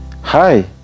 Hi